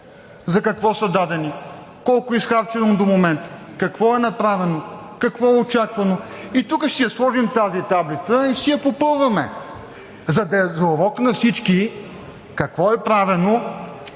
за какво са дадени, колко е изхарчено до момента, какво е направено, какво е очаквано. Тук ще си я сложим тази таблица и ще си я попълваме, за да е урок на всички, какво е правено